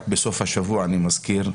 רק בסוף השבוע, אני מזכיר,